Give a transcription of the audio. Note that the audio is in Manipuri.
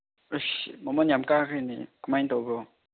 ꯑꯁ ꯃꯃꯟ ꯌꯥꯝ ꯀꯥꯈ꯭ꯔꯦꯅ ꯀꯃꯥꯏꯅ ꯇꯧꯕ꯭ꯔꯣ